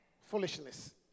Foolishness